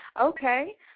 Okay